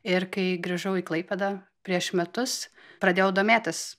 ir kai grįžau į klaipėdą prieš metus pradėjau domėtis